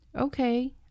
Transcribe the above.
Okay